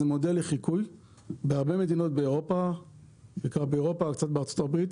זה מודל לחיקוי בהרבה מדינות באירופה וקצת בארצות הברית,